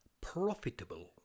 Profitable